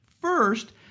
First